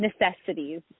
necessities